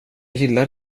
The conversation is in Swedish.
gillar